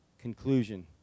conclusion